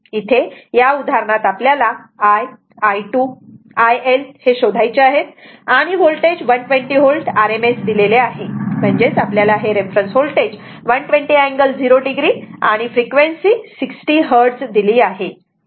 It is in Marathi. इथे या उदाहरणामध्ये आपल्याला I I2 IL शोधायचे आहेत आणि होल्टेज 120 V RMS दिलेले आहे म्हणजेच आपल्याला हे रेफरन्स व्होल्टेज 120 अँगल 0 o आणि फ्रिक्वेंसी 60 Hz दिली आहे